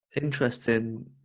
Interesting